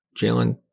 Jalen